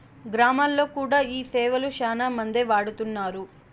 గ్రామాల్లో కూడా ఈ సేవలు శ్యానా మందే వాడుతున్నారు